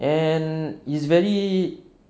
and is very